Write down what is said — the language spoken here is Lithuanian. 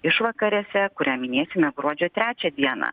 išvakarėse kurią minėsime gruodžio trečią dieną